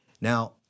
Now